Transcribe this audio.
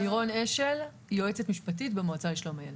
אני יועצת משפטית במועצה לשלום הילד.